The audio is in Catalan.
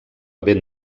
ben